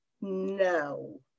No